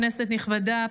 כנסת נכבדה,